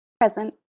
Present